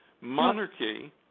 monarchy